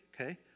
okay